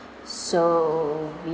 so